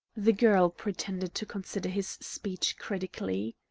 the girl pretended to consider his speech critically.